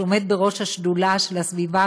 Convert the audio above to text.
שעומד בראש השדולה של הסביבה,